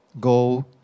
Go